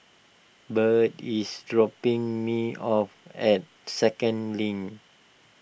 Birt is dropping me off at Second Link